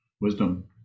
wisdom